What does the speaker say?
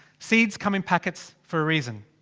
seeds come in packets for a reason.